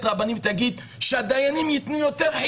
רבנית ותגיד שהדיינים ייתנו יותר חיובים?